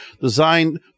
designed